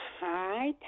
Hi